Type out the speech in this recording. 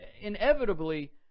inevitably